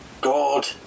God